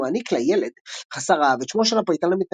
ומעניק לילד חסר-האב את שמו של הפייטן המתנבא,